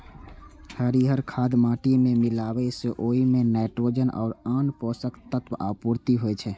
हरियर खाद माटि मे मिलाबै सं ओइ मे नाइट्रोजन आ आन पोषक तत्वक आपूर्ति होइ छै